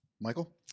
Michael